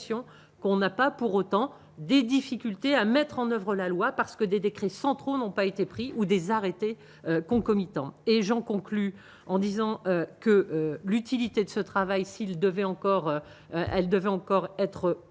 qu'on n'a pas pour autant des difficultés à mettre en oeuvre la loi parce que des décrets centraux n'ont pas été pris ou des arrêtés concomitant et j'en conclus en disant que l'utilité de ce travail s'il devait encore, elle devait